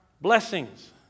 blessings